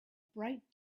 bright